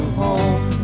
home